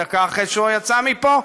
דקה אחרי שהוא יצא מפה,